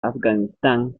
afganistán